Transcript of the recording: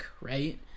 right